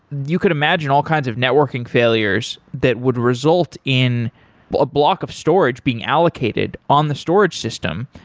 you could imagine all kinds of networking failures that would result in a block of storage being allocated on the storage system,